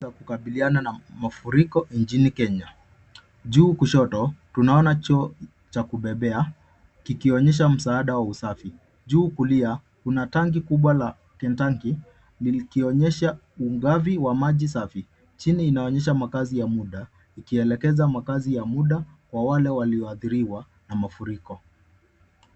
...ya kukabiliana na mafuriko nchini Kenya. Juu kushoto, tunaona choo cha kubeba kikionyesha msaada wa usafi. Juu kulia, kuna tanki kubwa la kentanki likionyesha ungavi wa maji safi. Chini inaonyesha makazi ya muda ikielekeza makazi ya muda kwa wale walioadhiriwa na mafuriko.